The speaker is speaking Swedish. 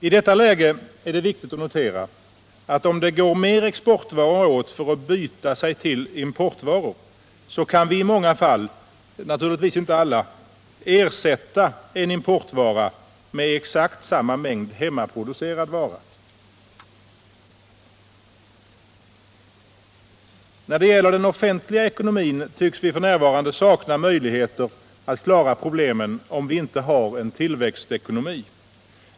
I detta läge är det viktigt att notera, att om det går åt mer exportvaror för att byta till sig importvaror, kan vi i många fall, naturligtvis inte alla, ersätta en importvara med exakt samma mängd hemmaproducerad vara. Då det gäller den offentliga ekonomin tycks vi f. n. sakna möjligheter att klara problemen om vi inte har en tillväxtekonomi.